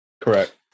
Correct